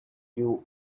due